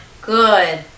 Good